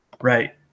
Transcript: right